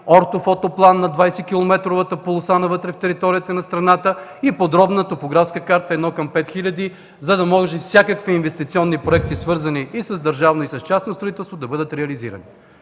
орто-фотоплан на 20- километровата полоса навътре в територията на страната и подробна топографска карта 1:5000, за да може всякакви инвестиционни проекти, свързани и с държавно, и с частно строителство да бъдат реализирани.